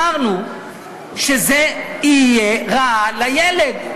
שזה יהיה לרעת הילד.